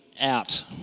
out